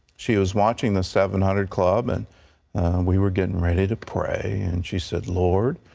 she was watching the seven hundred club, and we were getting ready to pray. and she said, lord,